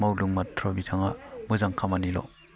मावदों माथ्र' बिथाङा मोजां खामानिल'